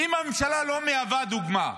ואם הממשלה לא מהווה דוגמה,